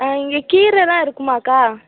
ஆ இங்கே கீரைலாம் இருக்குமாக்கா